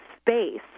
space